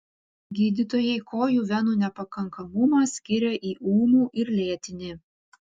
gydytojai kojų venų nepakankamumą skiria į ūmų ir lėtinį